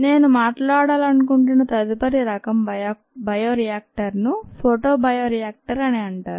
నేను మాట్లాడాలనుకుంటున్న తదుపరి రకం బయోరియాక్టర్ ను ఫోటోబయోరియాక్టర్ అని అంటారు